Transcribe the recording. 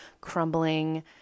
crumbling